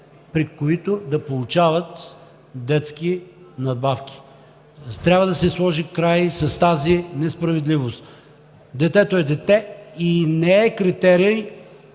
при които да получават детски надбавки. Трябва да се сложи край на тази несправедливост. Детето е дете и не е критерий